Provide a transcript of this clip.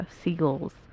seagulls